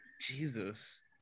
Jesus